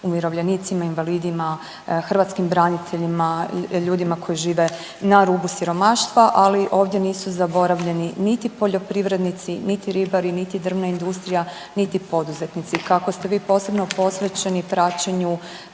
umirovljenicima, invalidima, hrvatskim braniteljima i ljudima koji žive na rubu siromaštva, ali ovdje nisu zaboravljeni niti poljoprivrednici, niti ribari, niti drvna industrija, niti poduzetnici. Kako ste vi posebno posvećeni praćenju